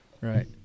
Right